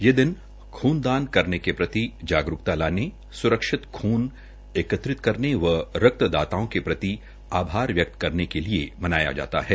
ये दिन खून दान करने के प्रति जागरूकता लाने सुरक्षित खून एकत्रित करने व रक्तदाताओं के प्रति आभार व्यक्त करने के लिए मनाया जाता है